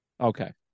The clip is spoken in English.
Okay